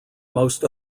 most